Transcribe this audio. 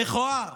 המכוער